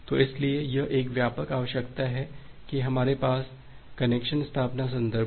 तो इसलिए यह व्यापक आवश्यकता है कि हमारे पास कनेक्शन स्थापना संदर्भ हो